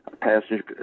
passenger